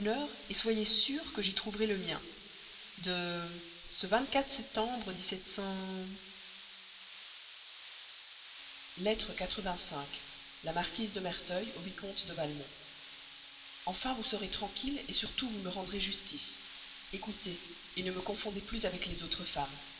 bonheur soyez sûre que j'y trouverai le mien de ce septembre lettre la marquise de merteuil au vicomte de valmont enfin vous serez tranquille surtout vous me rendrez justice ecoutez ne me confondez plus avec les autres femmes